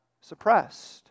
suppressed